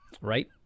Right